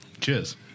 Cheers